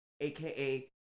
aka